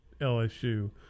LSU